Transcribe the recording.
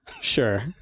sure